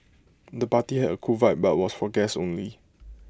the party had A cool vibe but was for guests only